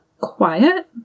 quiet